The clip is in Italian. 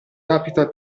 rapida